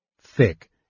Thick